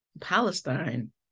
palestine